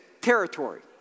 territory